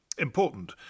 important